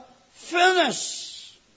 finish